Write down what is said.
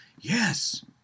Yes